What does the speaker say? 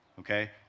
okay